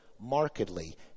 markedly